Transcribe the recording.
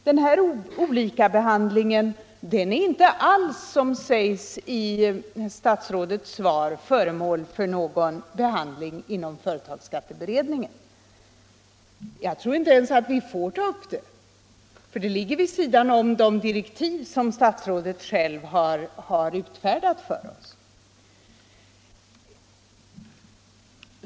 Den här olikabehandlingen är inte alls, som sägs i statsrådets svar, föremål för någon behandling inom företagsskatteberedningen. Jag tror inte ens att vi får ta upp detta spörsmål i beredningen, för det ligger vid sidan om de direktiv som statsrådet själv har utfärdat för oss.